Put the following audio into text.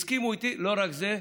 הם הסכימו איתי, ולא רק זה,